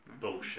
Bullshit